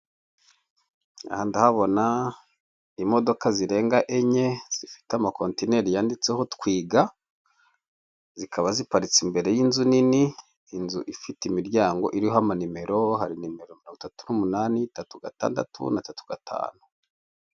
Aha ndahabona imodoka zirenga enye zifite amakontineri yanditseho twiga, zikaba ziparitse imbere y'inzu nini ifite inzu imiryango iriho amanimero hari nimero mirongo itatu n'umunani tatu gatandatu na tatu gatanu.